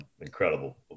incredible